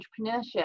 entrepreneurship